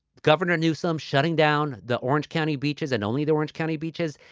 governor newsome shutting down the orange county beaches and only the orange county beaches.